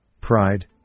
pride